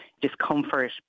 discomfort